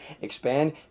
expand